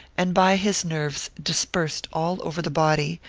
and by his nerves dispersed all over the body,